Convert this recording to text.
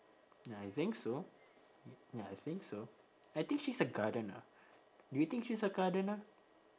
I think so ya I think so I think she's a gardener do you think she's a gardener